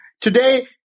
today